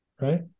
right